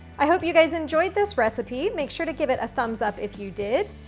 i hope you guys enjoyed this recipe. make sure to give it a thumbs-up if you did,